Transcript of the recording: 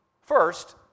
First